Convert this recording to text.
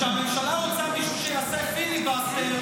כשהממשלה רוצה מישהו שיעשה פיליבסטר,